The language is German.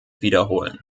wiederholen